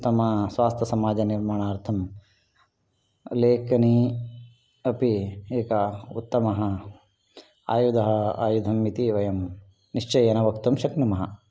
उत्तमस्वास्थ्यसमाजनिर्माणार्थं लेखनी अपि एका उत्तमः आयुधः आयुधम् इति वयं निश्चयेन वक्तुं शक्नुमः